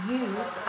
use